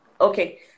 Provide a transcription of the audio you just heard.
okay